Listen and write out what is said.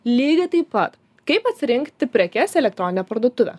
lygiai taip pat kaip atsirinkti prekes elektroninę parduotuvę